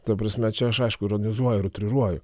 ta prasme čia aš aišku ironizuoju ir utriruoju